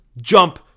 jump